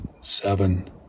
seven